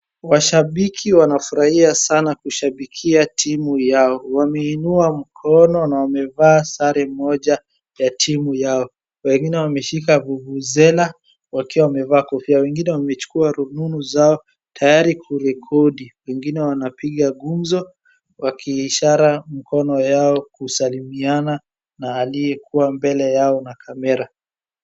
Washabiki wanafurahia sana kushabikia timu yao, wameinua mkono na wamevaa sare moja ya timu yao wengine wameshika vuvuzela wakiwa wamevaa kofia. Wengine wamechukua rununu zao tayari kurekodi ,wengine wanapiga ngumzo wakiishara mkono yao kusalimiana aliyekuwa mbele ya kamera.